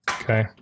okay